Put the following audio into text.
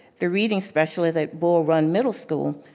the reading specialist at bullrun middle school,